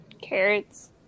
Carrots